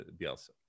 Bielsa